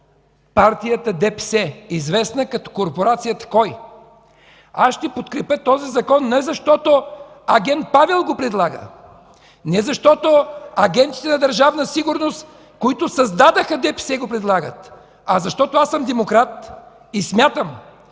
Партията ДПС, известна като корпорацията „Кой”. Ще подкрепя този Закон не защото агент Павел го предлага (реплики от ДПС), не защото агентите на Държавна сигурност, които създадоха ДПС, го предлагат, а защото аз съм демократ и смятам,